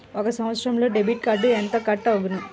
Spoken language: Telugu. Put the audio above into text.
ఒక సంవత్సరంలో డెబిట్ కార్డుకు ఎంత కట్ అగును?